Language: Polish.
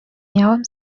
miałem